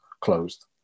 closed